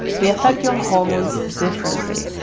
they affect your hormones differently.